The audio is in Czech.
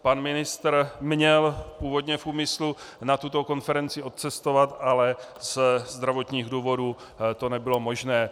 Pan ministr měl původně v úmyslu na tuto konferenci odcestovat, ale ze zdravotních důvodů to nebylo možné.